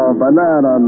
banana